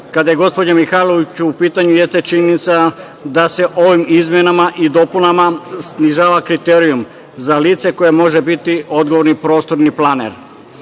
kada je gospođa Mihajlović u pitanju, jeste činjenica da se ovim izmenama i dopunama snižava kriterijum za lice koje može biti odgovorni prostorni planer.